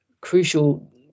crucial